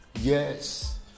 Yes